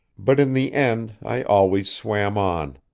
but in the end, i always swam on.